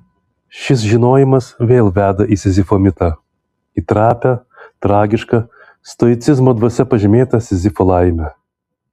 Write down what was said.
šis žinojimas vėl veda į sizifo mitą į trapią tragišką stoicizmo dvasia pažymėtą sizifo laimę